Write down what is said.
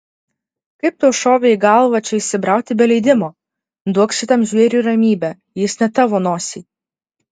kaip tau šovė į galvą čia įsibrauti be leidimo duok šitam žvėriui ramybę jis ne tavo nosiai